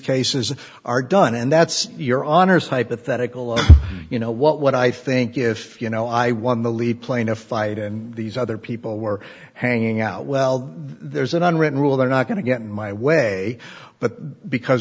cases are done and that's your honour's hypothetical you know what i think if you know i won the lead plaintiff fight and these other people were hanging out well there's an unwritten rule they're not going to get in my way but because